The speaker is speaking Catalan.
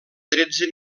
tretze